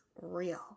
real